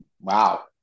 Wow